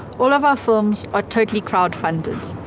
all of our films are totally crowd funded.